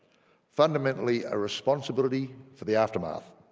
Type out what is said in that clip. fundamentally a responsibility for the aftermath.